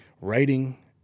writing